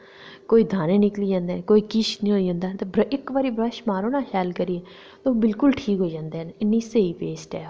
कोई दाने निकली जंदे कोई किश होई जंदा की इक बारी ब्रश मारो ना शैल करियै ते बिल्कुल ठीक होई जंदे न इन्नी स्हेई पेस्ट ऐ ओह्